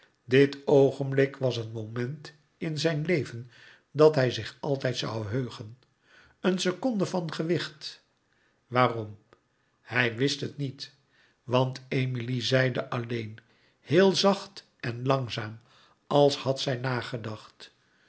dit oogenblik was een moment in zijn leven dat hij zich altijd zoû heugen een seconde van gewicht waarom hij wist het niet want emilie zeide alleen heel zacht en langzaam als had zij nagedacht